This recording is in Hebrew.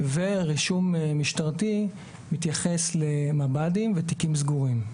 ורישום משטרתי מתייחס למב"דים ותיקים סגורים.